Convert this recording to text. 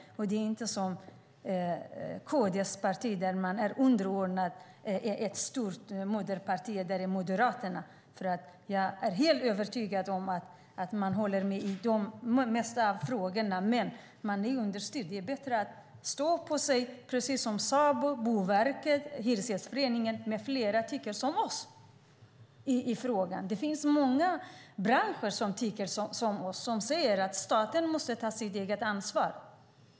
Det är inte som KD, som är underordnat ett stort moderparti, nämligen Moderaterna. Jag är helt övertygad om att man håller med Moderaterna i de flesta frågor, och man är underställd. Det är bättre att stå på sig, precis som Sabo, Boverket och Hyresgästföreningen med flera, som tycker som vi i den här frågan. Det finns många branscher som tycker som vi och som säger att staten måste ta sitt eget ansvar.